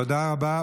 תודה רבה.